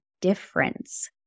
difference